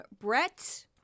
Brett